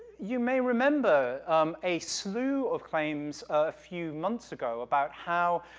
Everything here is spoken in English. you may remember, um, a slew of claims a few months ago about how,